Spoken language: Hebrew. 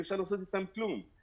אי אפשר לעשות איתם כלום.